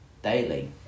Daily